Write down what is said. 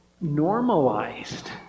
normalized